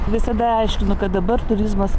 visada aiškinu kad dabar turizmas